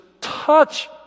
touch